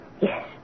Yes